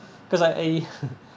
because I